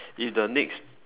if the next